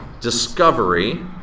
discovery